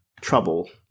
trouble